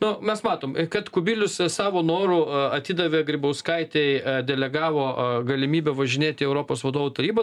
na mes matom kad kubilius savo noru atidavė grybauskaitei delegavo galimybę važinėti į europos vadovų tarybą